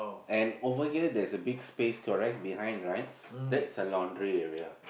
and over here there's a big space correct behind right that's the laundry area